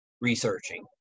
researching